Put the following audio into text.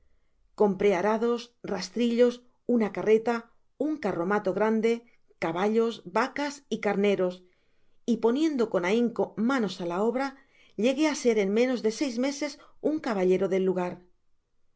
compré arados rastrillos una carreta un carromato grande caballos vacas y carneros y poniendo con ahinco manos á la obra llegué á ser en menos de seis meses un caballero de lugar